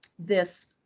this